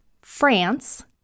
France